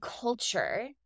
culture